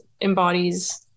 embodies